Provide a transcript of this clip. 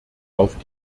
auf